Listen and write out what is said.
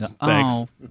thanks